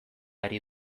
ari